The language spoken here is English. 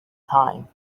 time